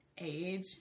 age